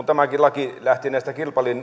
tämäkin laki lähti näistä